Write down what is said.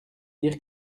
dire